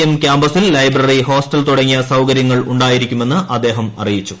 M ക്യാപസിൽ library hostel തുടങ്ങിയ സൌകര്യങ്ങൾ ഉണ്ടായിരിക്കുമെന്ന് അദ്ദേഹം പറഞ്ഞു